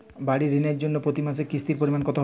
বাড়ীর ঋণের জন্য প্রতি মাসের কিস্তির পরিমাণ কত হবে?